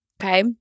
Okay